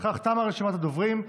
בכך תמה רשימת הדוברים.